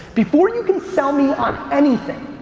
before you can sell me on anything,